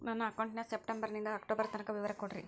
ನನ್ನ ಅಕೌಂಟಿನ ಸೆಪ್ಟೆಂಬರನಿಂದ ಅಕ್ಟೋಬರ್ ತನಕ ವಿವರ ಕೊಡ್ರಿ?